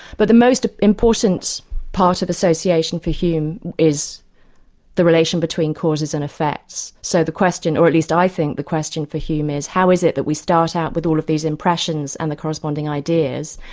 but the most important part of association for hume is the relation between causes and effects, so the question or at least i think the question for hume is how is it that we start out with all of these impressions and the corresponding ideas,